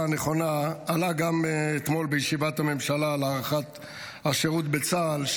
הנכונה עלה גם אתמול בישיבת הממשלה על הארכת השירות בצה"ל,